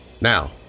Now